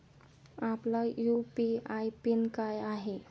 आपला UPI PIN काय आहे?